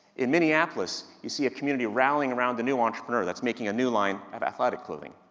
in minneapolis, you see a community rallying around the new entrepreneur that's making a new line at athletic clothing.